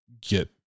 get